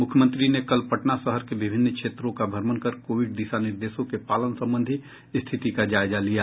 मुख्यमंत्री ने कल पटना शहर के विभिन्न क्षेत्रों का भ्रमण कर कोविड दिशा निर्देशों के पालन संबंधी स्थिति का जायजा लिया